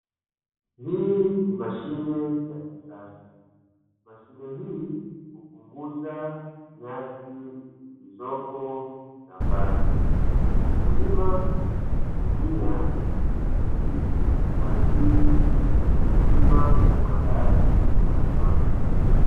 Hii ni mashine ya kisasa, mashine hii ambayo hupunguza nyasi zilizopo shambani, wakulima hutumia mashine hii kwa ajili ya shughuli nzima ya uwandaji wa shamba.